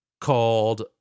called